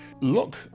Look